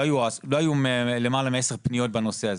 לא היו למעלה מעשר פניות בנושא הזה.